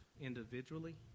individually